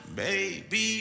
baby